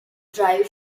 drive